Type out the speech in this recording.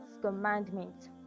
commandments